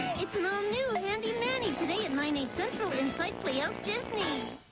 it's an all-new handy manny today at nine eight c inside playhouse disney!